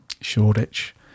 Shoreditch